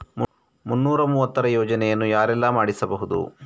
ಮುನ್ನೂರ ಮೂವತ್ತರ ಯೋಜನೆಯನ್ನು ಯಾರೆಲ್ಲ ಮಾಡಿಸಬಹುದು?